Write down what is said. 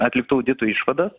atliktų auditų išvadas